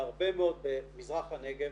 שיושבים במזרח הנגב,